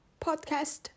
podcast